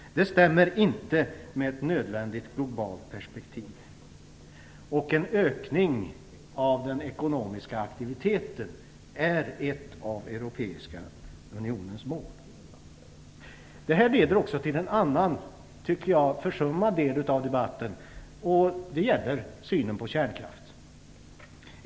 Det stämmer inte överens med ett nödvändigt globalt perspektiv. En ökning av den ekonomiska aktiviteten är ett av Europiska unionens mål. Detta för tankarna vidare till en annan, som jag tycker, försummad del av debatten. Det gäller synen på kärnkraften.